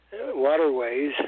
waterways